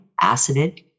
acid